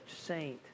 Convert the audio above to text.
saint